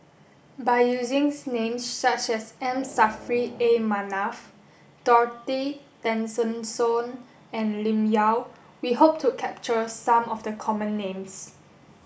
by using names such as M Saffri A Manaf Dorothy Tessensohn and Lim Yau we hope to capture some of the common names